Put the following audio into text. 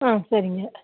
ஆ சரிங்க